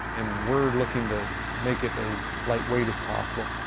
and, we're looking to make it as lightweight as possible.